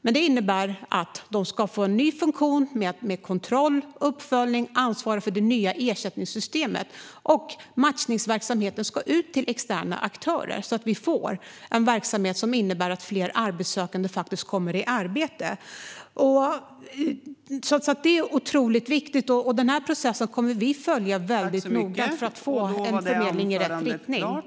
Men det innebär att man får en ny funktion med kontroll, uppföljning och ansvar för det nya ersättningssystemet, medan matchningsverksamheten ska ut till externa aktörer så att vi får en verksamhet som innebär att fler arbetssökande kommer i arbete. Detta är otroligt viktigt. Vi kommer att följa processen väldigt noga för att vi ska få en förmedling som går i rätt riktning.